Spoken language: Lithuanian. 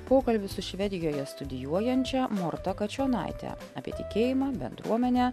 pokalbis su švedijoje studijuojančia morta kačionaite apie tikėjimą bendruomenę